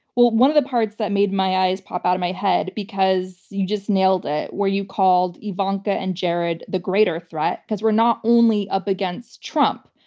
well, one of the parts that made my eyes pop out of my head because you just nailed it was where you called ivanka and jared the greater threat because we're not only up against trump.